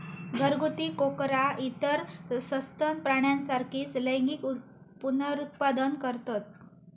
घरगुती कोकरा इतर सस्तन प्राण्यांसारखीच लैंगिक पुनरुत्पादन करतत